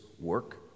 work